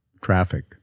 Traffic